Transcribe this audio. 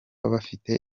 bafite